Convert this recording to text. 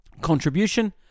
contribution